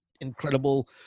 incredible